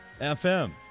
FM